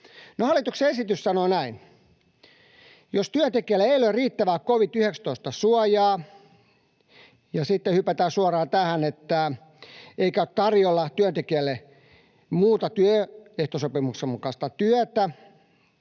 hallituksen esitys sanoo näin: ”Jos työntekijällä ei ole riittävää covid-19-suojaa...”, ja sitten hypätään suoraan tähän, että eikä ole tarjolla työntekijälle muuta työsopimuksen mukaista työtä